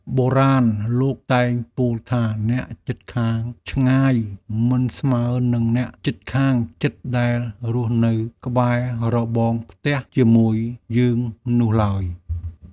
បុរាណលោកតែងពោលថាអ្នកជិតខាងឆ្ងាយមិនស្មើនឹងអ្នកជិតខាងជិតដែលរស់នៅក្បែររបងផ្ទះជាមួយយើងនោះឡើយ។